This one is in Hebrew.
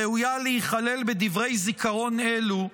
ראויה להיכלל בדברי זיכרון אלו,